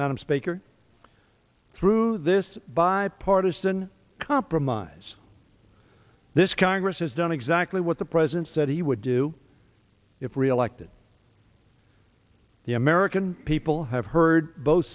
madam speaker through this bipartisan compromise this congress has done exactly what the president said he would do if reelected the american people have heard both